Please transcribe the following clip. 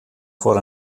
foar